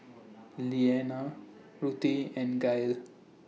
Lenna Ruthie and Gael